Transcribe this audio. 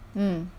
mm